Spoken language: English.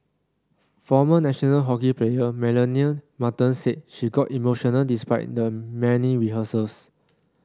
former national hockey player Melanie Martens said she got emotional despite the many rehearsals